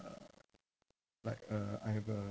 like uh I have uh